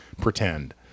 pretend